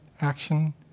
action